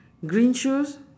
green shoes